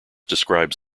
describes